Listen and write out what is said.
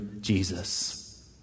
Jesus